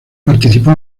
participó